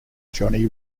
johnny